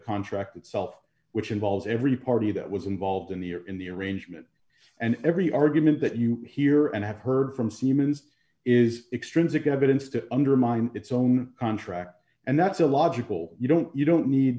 contract itself which involves every party that was involved in the or in the arrangement and every argument that you hear and have heard from siemens is extrinsic evidence to undermine its own contract and that's a logical you don't you don't need